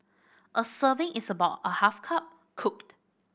a serving is about a half cup cooked